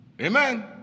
Amen